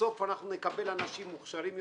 בסוף אנחנו נקבל אנשים מוכשרים יותר,